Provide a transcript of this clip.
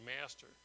master